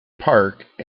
park